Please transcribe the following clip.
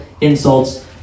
insults